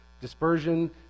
Dispersion